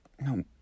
No